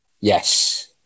Yes